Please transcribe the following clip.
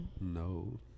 No